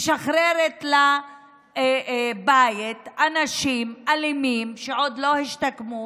משחררת לבית אנשים אלימים שעוד לא השתקמו,